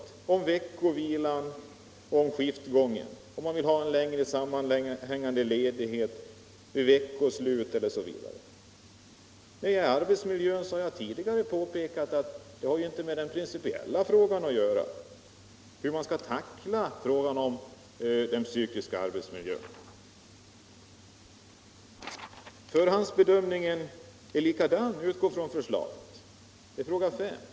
Det gäller veckovila och skiftgång, om man vill ha en längre sammanhängande ledighet vid veckoslut osv. Jag har tidigare påpekat att detta inte har något samband med den principiella frågan om hur man skall tackla den psykiska arbetsmiljön. Det är likadant med fråga 5, om förhandsbedömningen, där man utgår från utredningens förslag.